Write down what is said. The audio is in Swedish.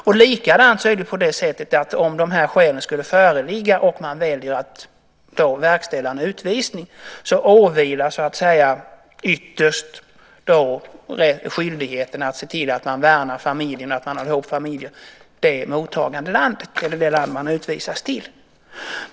Om de här skälen inte skulle föreligga och man väljer att verkställa en utvisning är vi också överens om att skyldigheten att se till att värna och hålla ihop familjen ytterst åvilar det mottagande landet eller det land familjen utvisas till.